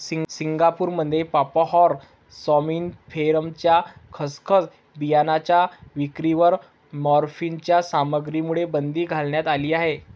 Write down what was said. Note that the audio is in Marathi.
सिंगापूरमध्ये पापाव्हर सॉम्निफेरमच्या खसखस बियाणांच्या विक्रीवर मॉर्फिनच्या सामग्रीमुळे बंदी घालण्यात आली आहे